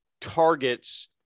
targets